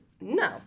No